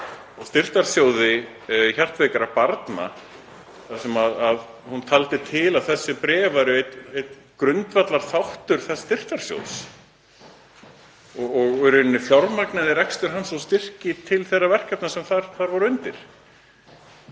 á Styrktarsjóði hjartveikra barna þar sem hún taldi til að þessi bréf væru einn grundvallarþáttur þess styrktarsjóðs og í rauninni fjármögnuðu rekstur hans og styrki til þeirra verkefna sem þar voru undir.